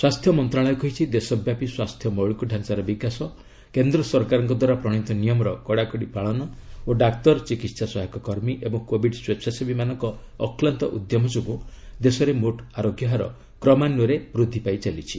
ସ୍ୱାସ୍ଥ୍ୟ ମନ୍ତ୍ରଣାଳୟ କହିଛି ଦେଶବ୍ୟାପୀ ସ୍ୱାସ୍ଥ୍ୟ ମୌଳିକଢାଞ୍ଚାର ବିକାଶ କେନ୍ଦ୍ର ସରକାରଙ୍କଦ୍ୱାରା ପ୍ରଣୀତ ନିୟମର କଡ଼ାକଡ଼ି ପାଳନ ଓ ଡାକ୍ତର ଚିକିତ୍ସା ସହାୟକ କର୍ମୀ ଏବଂ କୋବିଡ୍ ସ୍ପେଚ୍ଛାସେବୀମାନଙ୍କ ଅକ୍ଲାନ୍ତ ଉଦ୍ୟମ ଯୋଗୁଁ ଦେଶରେ ମୋଟ୍ ଆରୋଗ୍ୟ ହାର କ୍ରମାନୃୟରେ ବୃଦ୍ଧି ପାଇଚାଲିଛି